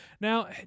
Now